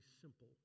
simple